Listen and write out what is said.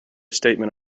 statement